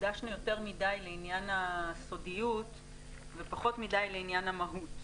שהקדשנו יותר מדי לעניין הסודיות ופחות מדי לעניין המהות.